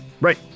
Right